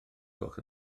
gwelwch